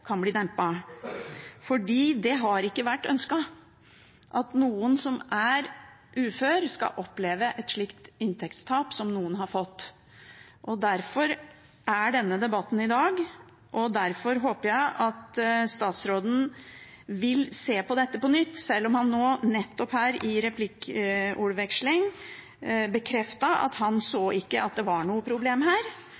kan bli dempet. For det har ikke vært ønsket at de som er uføre, skal oppleve et slikt inntektstap som noen har fått. Derfor har vi denne debatten i dag, og derfor håper jeg at statsråden vil se på dette på nytt, sjøl om han nå nettopp i replikkvekslingen bekreftet at han ikke så at det var noe problem her,